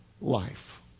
life